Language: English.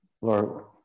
Lord